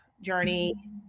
journey